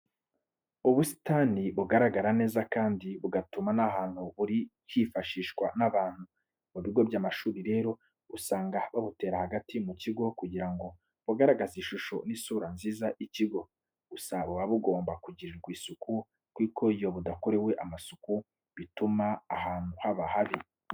Ubusitani bugaragara neza kandi bugatuma n'ahantu buri hishimirwa n'abantu. Mu bigo by'amashuri rero, usanga babutera hagati mu kigo kugira ngo bugaragaze ishusho n'isura nziza y'ikigo. Gusa buba bugomba kugirirwa isuku kuko iyo budakorewe amasuku bituma ahantu haba habi.